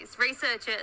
Researchers